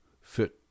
fit